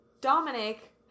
Dominic